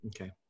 okay